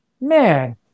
man